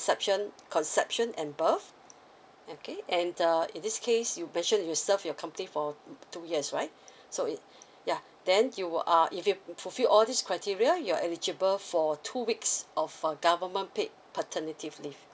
conception conception and above okay and the in this case you mentioned you've served your company for two years right so it yeah then you will err if you fulfilled all these criteria you're eligible for two weeks of err government paid paternity leave